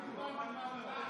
בושה וחרפה.